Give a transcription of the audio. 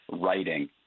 writing